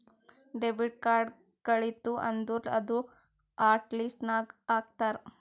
debit card ಕಳಿತು ಅಂದುರ್ ಅದೂ ಹಾಟ್ ಲಿಸ್ಟ್ ನಾಗ್ ಹಾಕ್ತಾರ್